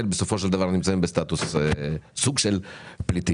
בסופו של דבר נמצאים בסוג של פליטים.